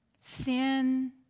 sin